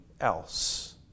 else